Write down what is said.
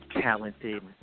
talented